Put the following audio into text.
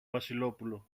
βασιλόπουλο